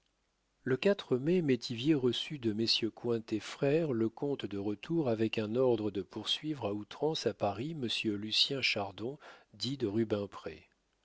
le quatre mai métivier reçut de messieurs cointet frères le compte de retour avec un ordre de poursuivre à outrance à paris monsieur lucien chardon dit de